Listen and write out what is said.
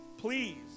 Please